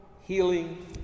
healing